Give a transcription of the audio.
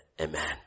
Amen